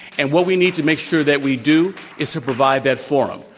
and what we need to make sure that we do is to provide that for them.